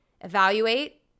Evaluate